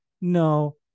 no